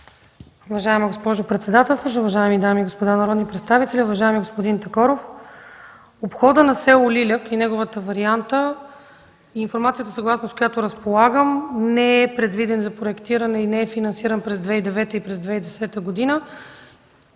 Уважаема госпожо председател, уважаеми дами и господа народни представители! Уважаеми господин Такоров, обходът на с. Лиляк и неговата варианта – според информацията, с която разполагам – не е предвиден за проектиране и не е финансиран през 2009 и 2010 г.